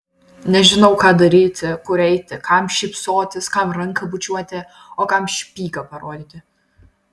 nežinau ką daryti kur eiti kam šypsotis kam ranką bučiuoti o kam špygą parodyti